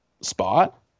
spot